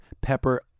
pepper